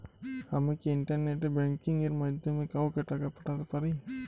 আমি কি internet banking এর মাধ্যমে কাওকে টাকা পাঠাতে পারি?